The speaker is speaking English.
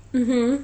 mmhmm